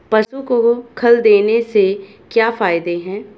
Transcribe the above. पशु को खल देने से क्या फायदे हैं?